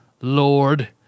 Lord